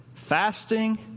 Fasting